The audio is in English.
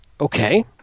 Okay